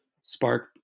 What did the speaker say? spark